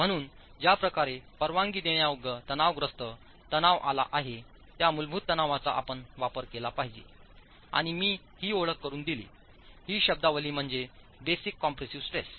म्हणून ज्या प्रकारे परवानगी देण्यायोग्य तणावग्रस्त तणाव आला आहे त्या मूलभूत तणावांचा आपण वापर केला पाहिजे आणि मी ही ओळख करून दिली ही शब्दावली म्हणजे बेसिक कॉम्प्रेसिव्ह स्ट्रेस